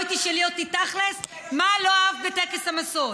בואי תשאלי אותי תכל'ס מה לא אהבת בטקס המשואות.